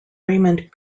raymond